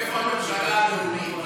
איפה הממשלה הלאומית?